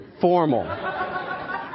formal